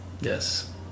Yes